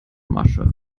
masche